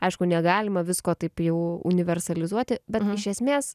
aišku negalima visko taip jau universalizuoti bet iš esmės